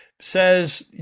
says